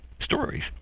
stories